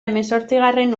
hemezortzigarren